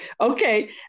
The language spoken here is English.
okay